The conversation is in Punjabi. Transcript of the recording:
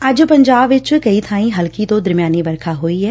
ਅੱਜ ਪੰਜਾਬ ਵਿਚ ਕਈ ਬਾਈਂ ਹਲਕੀ ਤੋਂ ਦਰਮਿਆਨੀ ਵਰਖਾ ਹੋਈ ਏ